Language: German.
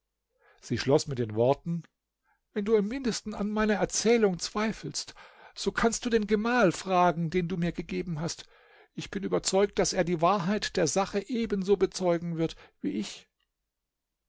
sie schloß mit den worten wenn du im mindesten an meiner erzählung zweifelst so kannst du den gemahl fragen den du mir gegeben hast ich bin überzeugt daß er die wahrheit der sache ebenso bezeugen wird wie ich